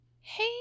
Hey